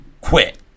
quit